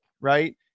right